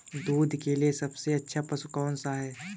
दूध के लिए सबसे अच्छा पशु कौनसा है?